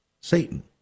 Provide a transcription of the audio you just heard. Satan